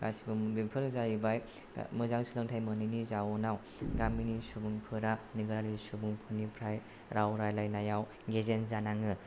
गासिबो बेफोर जाहैबाय मोजां सोलोंथाइ मोनैनि जाहोनाव गामिनि सुबुंफोरा नोगोरारि सुबुंफोरनिफ्राय राव रायलायनायाव गेजेन जानाङो